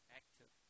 active